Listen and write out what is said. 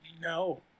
No